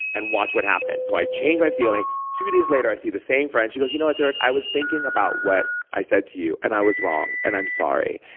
and watch what happens so i changed my feeling. two days later, i see the same friend. she goes, you know what, durek? i was thinking about what i said to you, and i was wrong and i'm sorry.